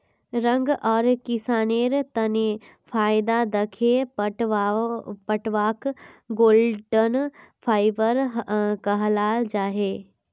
रंग आर किसानेर तने फायदा दखे पटवाक गोल्डन फाइवर कहाल जाछेक